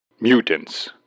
Mutants